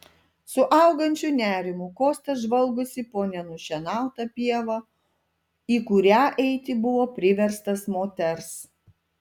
su augančiu nerimu kostas žvalgosi po nenušienautą pievą į kurią eiti buvo priverstas moters